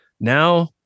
now